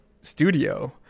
studio